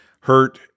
hurt